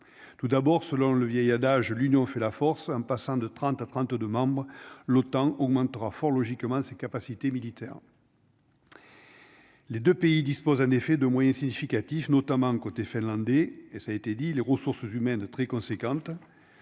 tout d'abord, selon le vieil adage l'union fait la force, un passant de 30 à 32 membres l'OTAN au moins trois fort logiquement ses capacités militaires. Les 2 pays disposent en effet de moyens significatifs, notamment côté finlandais et ça a été dit, les ressources humaines très conséquente